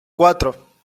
cuatro